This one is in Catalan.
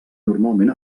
normalment